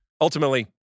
ultimately